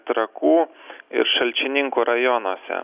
trakų ir šalčininkų rajonuose